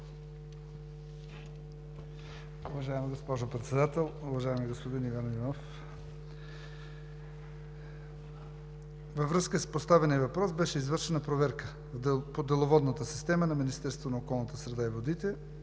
Уважаема госпожо Председател! Уважаеми господин Иванов, във връзка с поставения въпрос беше извършена проверка по деловодната система на Министерството на околната среда и водите,